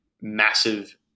massive